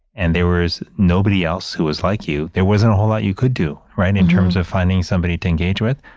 and there was nobody else who was like you, there wasn't a whole lot you could do. right? in terms of finding somebody to engage with.